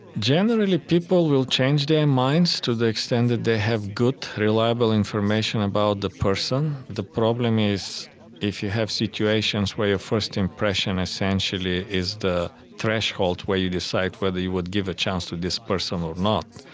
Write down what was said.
generally people will change their minds to the extent that they have good reliable information about the person. the problem is if you have situations where your first impression essentially is the threshold where you decide whether you would give a chance to this person or not.